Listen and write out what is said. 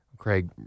Craig